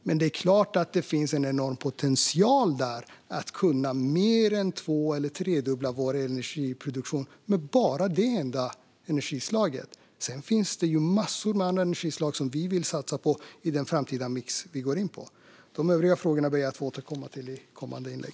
Men det är klart att det finns en enorm potential i att mer än två eller tredubbla vår energiproduktion med ett enda energislag. Sedan finns en mängd andra energislag som vi vill satsa på i den framtida mixen. De övriga frågorna ber jag att få återkomma till i kommande inlägg.